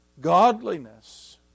godliness